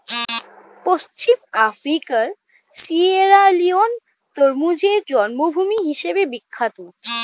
পশ্চিম আফ্রিকার সিয়েরালিওন তরমুজের জন্মভূমি হিসেবে বিখ্যাত